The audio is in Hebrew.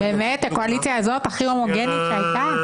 --- הקואליציה הזאת הכי הומוגנית שהייתה,